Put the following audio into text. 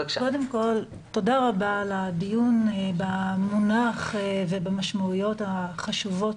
קודם כל תודה רבה על הדיון במונח ובמשמעויות החשובות